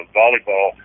volleyball